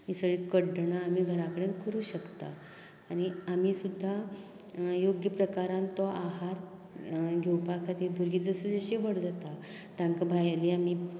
ही सगळी कड्डना आमी घरा कडेन करूंक शकतात आनीक आमी सुद्दां योग्य प्रकारान तो आहार घेवपा खातीर भुरगीं जशी जशी व्हड जातात तांकां भायली आमी